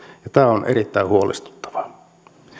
ja tämä on erittäin huolestuttavaa